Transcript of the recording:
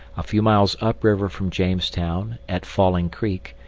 a few miles upriver from jamestown, at falling creek,